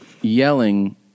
yelling